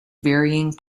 varying